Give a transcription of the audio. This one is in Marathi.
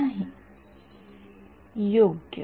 विद्यार्थी योग्य